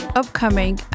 upcoming